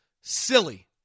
silly